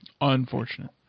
Unfortunate